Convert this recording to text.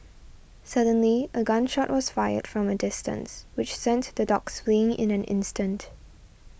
suddenly a gun shot was fired from a distance which sent the dogs fleeing in an instant